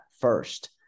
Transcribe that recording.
first